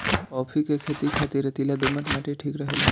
काफी के खेती खातिर रेतीला दोमट माटी ठीक रहेला